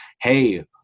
hey